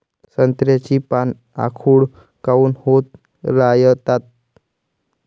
संत्र्याची पान आखूड काऊन होत रायतात?